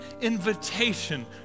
invitation